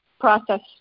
process